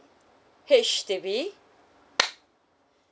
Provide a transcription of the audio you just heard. H_D_B